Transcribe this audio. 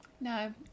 No